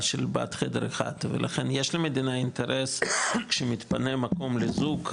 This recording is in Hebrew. שהיא בת חדר אחד ולכן יש למדינה אינטרס כשמתפנה מקום לזוג.